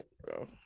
bro